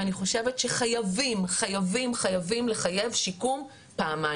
ואני חושבת שחייבים חייבים חייבים לחייב שיקום פעמיים.